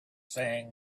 saying